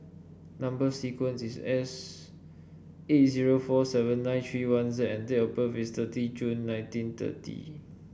number sequence is S eight zero four seven nine three one Z and date of birth is thirty June nineteen thirty